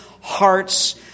hearts